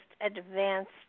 advanced